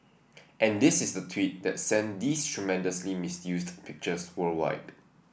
and this is the tweet that sent these tremendously misused pictures worldwide